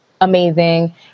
amazing